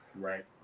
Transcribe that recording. Right